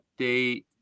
update